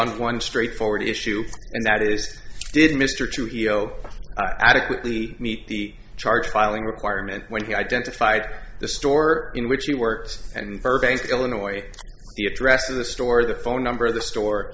on one straightforward issue and that is did mr trujillo adequately meet the charge filing requirement when he identified the store in which he works and burbank illinois the address of the store the phone number of the store